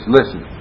Listen